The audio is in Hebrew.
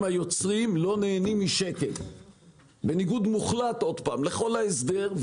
היוצרים לא נהנים משקל בניגוד מוחלט לכל ההסדר,